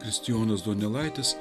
kristijonas donelaitis